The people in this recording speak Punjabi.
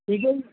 ਠੀਕ ਹੈ ਜੀ